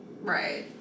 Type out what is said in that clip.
Right